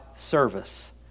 service